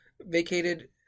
vacated